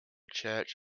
church